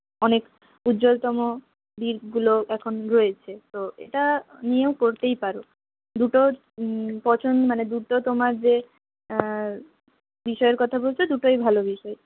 অনেক উজ্জ্বলতম দিকগুলো এখন রয়েছে তো এটা নিয়েও করতেই পারো দুটোর পছন্দ মানে দুটো তোমার যে বিষয়ের কথা বলছ দুটোই ভালো বিষয়